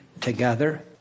together